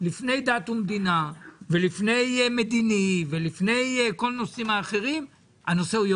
לפני דת ומדינה ולפני המדיני ולפני כל הנושאים האחרים,